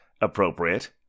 appropriate